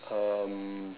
um